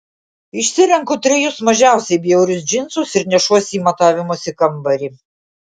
išsirenku trejus mažiausiai bjaurius džinsus ir nešuosi į matavimosi kambarį